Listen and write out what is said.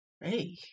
Hey